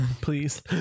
Please